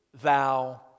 thou